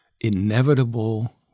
inevitable